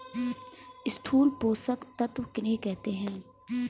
स्थूल पोषक तत्व किन्हें कहते हैं?